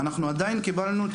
לא נקודתית